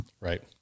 right